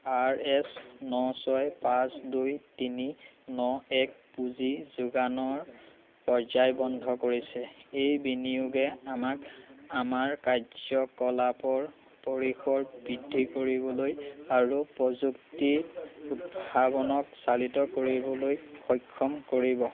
R S ন ছয় পাঁচ দুই তিনি ন এক পুঁজি যোগানৰ পৰ্যায় বন্ধ কৰিছে এই বিনিয়োগে আমাক আমাৰ কাৰ্য্যকলাপৰ পৰিসৰ বৃদ্ধি কৰিবলৈ আৰু প্ৰযুক্তি উদ্ভাৱনক চালিত কৰিবলৈ সক্ষম কৰিব